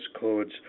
codes